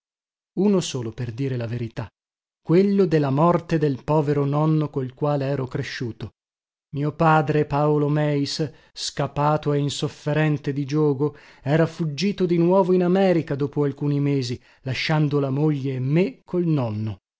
uno solo per dire la verità quello de la morte del povero nonno col quale ero cresciuto mio padre paolo meis scapato e insofferente di giogo era fuggito via di nuovo in america dopo alcuni mesi lasciando la moglie e me col nonno